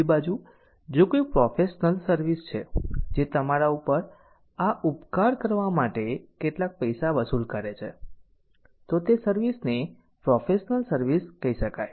બીજી બાજુ જો કોઈ પ્રોફેશનલ સર્વિસ છે જે તમારા પર આ ઉપકાર કરવા માટે કેટલાક પૈસા વસૂલ કરે છે તો તે સર્વિસ ને પ્રોફેશનલ સર્વિસ કહી શકાય